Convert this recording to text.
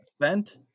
Vent